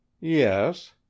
Yes